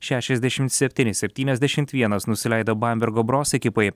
šešiasdešim septyni septyniasdešimt vienas nusileido bambergo bros ekipai